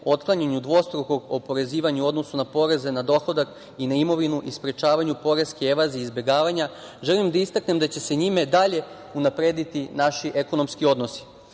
otklanjanju dvostrukog oporezivanja u odnosu na poreze na dohodak i na imovinu i sprečavanju poreske evazije i izbegavanja, želim da istaknem da će se njime dalje unaprediti naši ekonomski odnosi. Upravo